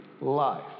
life